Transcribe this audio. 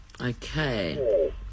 okay